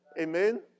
amen